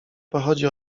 pochodzi